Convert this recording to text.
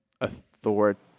authority